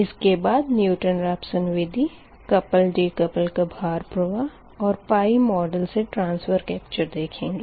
इसके बाद Newton Raphson विधि कपल डिकपल का भार प्रवाह और पाई मोडेल से ट्रांसफ़ोरम केपचर देखेंगे